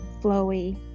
flowy